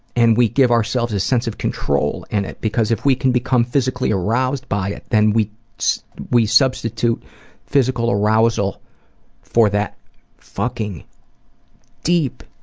and we give ourselves a sense of control in it, because if we can become physically aroused by it, then we so we substitute physical arousal for that fucking deep,